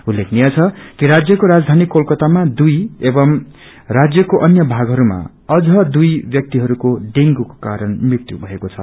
उल्लेखनीय छ कि राज्यक्रो राजधानी कोलकातामा दुई एवं राज्यको अन्य भागहरूमा अझ दुई व्याक्तिहरूको डेंगूको करण मृत्यु भएको छ